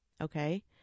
Okay